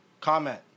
Comment